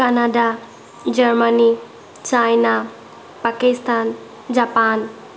Canada Germany China Pakistan Japan